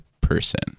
person